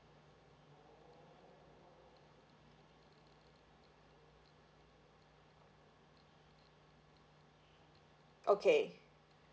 okay